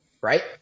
right